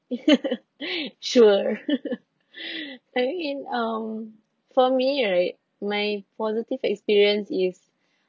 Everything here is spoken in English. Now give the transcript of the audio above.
sure okay um for me right my positive experience is